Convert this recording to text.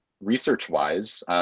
Research-wise